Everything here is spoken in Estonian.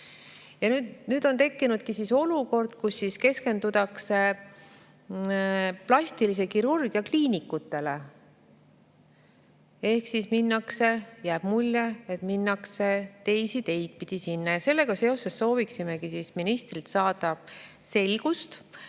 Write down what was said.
Nüüd on tekkinud olukord, kus keskendutakse plastilise kirurgia kliinikutele, ehk siis jääb mulje, et minnakse teisi teid pidi sinna. Sellega seoses sooviksimegi ministrilt saada selgust,